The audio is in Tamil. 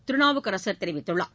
திருநாவுக்கரசர் தெரிவித்துள்ளார்